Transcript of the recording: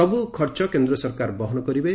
ସବୁ ଖର୍ଚ୍ଚ କେନ୍ଦ୍ର ସରକାର ବହନ କରିବେ